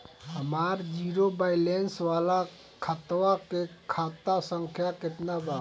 हमार zero balance वाला खतवा के खाता संख्या केतना बा?